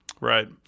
Right